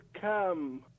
come